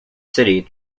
city